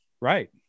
Right